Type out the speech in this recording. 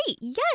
Yes